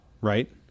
Right